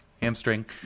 hamstring